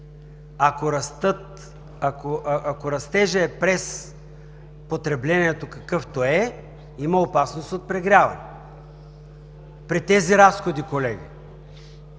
ако растежът е през потреблението, какъвто е, има опасност от прегряване при тези разходи, колеги.